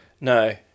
No